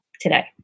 today